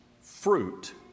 fruit